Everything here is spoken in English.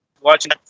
watching